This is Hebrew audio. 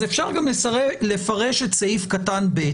אז אפשר גם לפרש את סעיף קטן (ב),